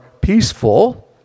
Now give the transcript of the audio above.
peaceful